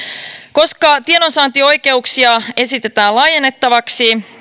koska tiedonsaantioikeuksia esitetään laajennettavaksi